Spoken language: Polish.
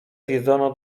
zjedzono